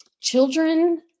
children